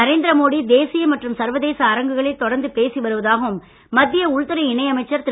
நரேந்திர மோடி தேசிய மற்றும் சர்வதேச அரங்குகளில் தொடர்ந்து பேசி வருவதாகவும் மத்திய உள்துறை இணையமைச்சர் திரு